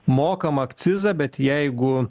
mokam akcizą bet jeigu